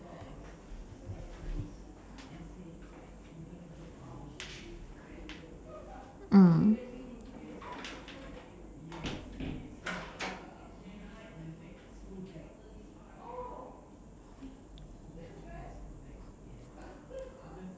mm